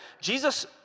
Jesus